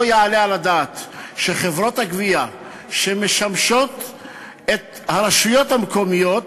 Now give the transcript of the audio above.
לא יעלה על הדעת שחברות הגבייה שמשמשות את הרשויות המקומיות